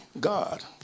God